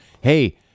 Hey